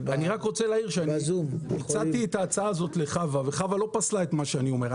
אני רוצה לומר שהצעתי את ההצעה הזאת לחוה וחוה לא פסלה את מה שאני אומר.